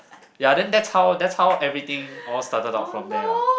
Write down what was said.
ya then that's how that's how everything all started out from there lah